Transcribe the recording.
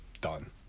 done